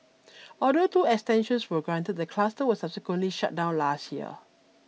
although two extensions were granted the cluster was subsequently shut down last year